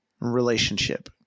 relationship